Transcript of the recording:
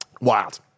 Wild